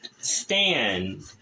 stand